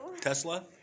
Tesla